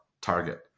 target